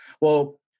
Well-